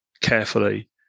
carefully